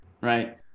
right